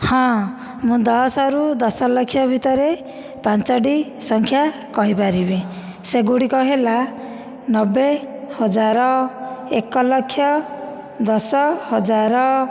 ହଁ ମୁଁ ଦଶରୁ ଦଶ ଲକ୍ଷ ଭିତରେ ପାଞ୍ଚଟି ସଂଖ୍ୟା କହିପାରିବି ସେଗୁଡ଼ିକ ହେଲା ନବେ ହଜାର ଏକଲକ୍ଷ ଦଶ ହଜାର